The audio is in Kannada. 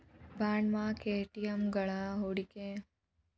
ಬಾಂಡ್ಮಾರ್ಕೆಟಿಂಗ್ವಳಗ ಹೂಡ್ಕಿಮಾಡೊದ್ರಬಗ್ಗೆ ಯಾರರ ಮಾಹಿತಿ ಕೊಡೊರಿರ್ತಾರೆನು?